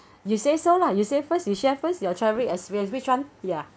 you say so lah you say first you share first your travelling experience which one ya